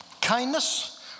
kindness